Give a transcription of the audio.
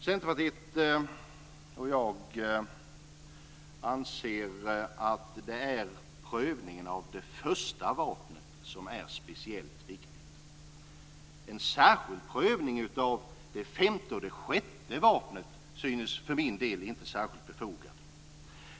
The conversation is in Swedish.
Centerpartiet och jag anser att det är prövningen av det första vapnet som är speciellt viktig. En särskilt prövning av det femte och det sjätte vapnet synes för min del inte särskilt befogat.